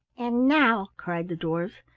and now, cried the dwarfs,